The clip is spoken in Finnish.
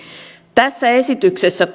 tässä esityksessä